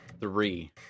three